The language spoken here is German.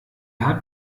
hat